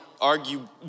argue